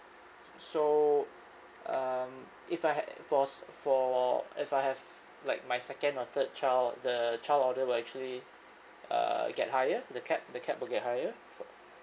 so um if I had fors for if I have f~ like my second or third child the child order will actually uh get higher the cap the cap will get higher for